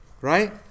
Right